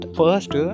first